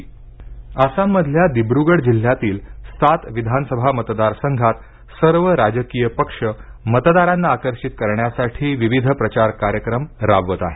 आसाम आसाममधल्या दिब्रूगड जिल्ह्यातील सात विधानसभा मतदार संघात सर्व राजकीय पक्ष मतदारांना आकर्षित करण्यासाठी विविध प्रचार कार्यक्रम राबवत आहेत